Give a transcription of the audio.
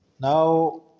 Now